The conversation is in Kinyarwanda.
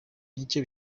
nicyo